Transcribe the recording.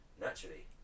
Naturally